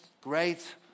great